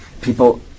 People